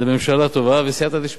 זו ממשלה טובה בסייעתא דשמיא.